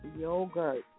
Yogurt